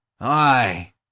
aye